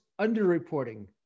underreporting